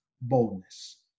boldness